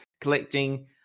collecting